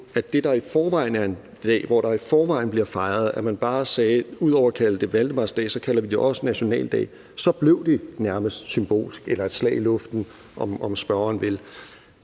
det, der i forvejen er en dag, der bliver fejret, valdemarsdag, så kalder vi det også nationaldag. Så blev det nærmest symbolsk eller et slag i luften, om spørgeren vil.